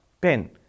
pen